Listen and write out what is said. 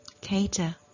cater